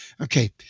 Okay